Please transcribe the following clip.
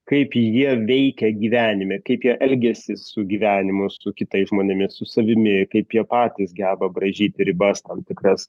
kaip jie veikia gyvenime kaip jie elgiasi su gyvenimu su kitais žmonėmis su savimi kaip jie patys geba braižyti ribas tam tikras